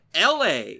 LA